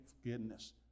forgiveness